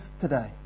today